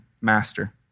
master